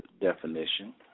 definition